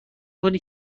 کنی